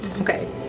Okay